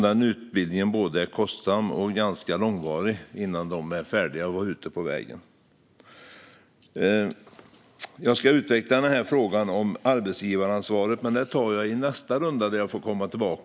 Den utbildningen är nämligen kostsam, och det tar ganska lång tid innan poliserna är färdiga och ute på vägarna. Jag ska utveckla frågan om arbetsgivaransvaret, men jag tar det i nästa inlägg.